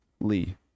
Lee